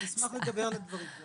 נשמח לדבר על הדברים.